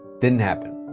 didn't happen.